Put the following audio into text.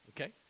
Okay